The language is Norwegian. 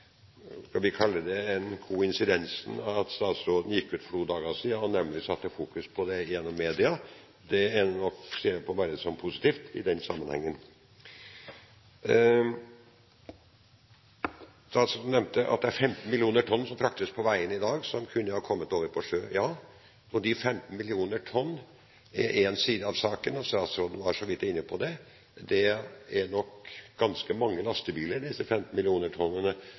satte fokus på dette gjennom media, ser jeg bare på som positivt i denne sammenhengen. Statsråden nevnte at det er 15 mill. tonn som fraktes på veiene i dag, som kunne ha kommet over på sjø. Ja, de 15 mill. tonn er én side av saken, og statsråden var så vidt inne på det: Det utgjør nok ganske mange lastebiler, disse 15 mill. tonnene,